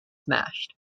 smashed